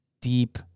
deep